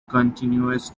continuous